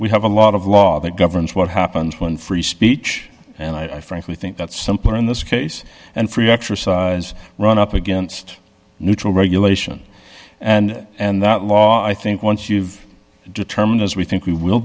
we have a lot of law that governs what happens when free speech and i frankly think that simpler in this case and free exercise run up against neutral regulation and and that law i think once you've determined as we think we will